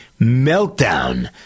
Meltdown